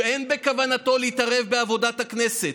שאין בכוונתו להתערב בעבודת הכנסת.